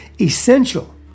essential